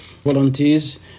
volunteers